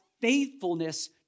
faithfulness